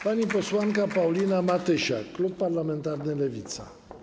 Pani posłanka Paulina Matysiak, klub parlamentarny Lewica.